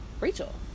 Rachel